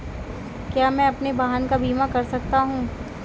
क्या मैं अपने वाहन का बीमा कर सकता हूँ?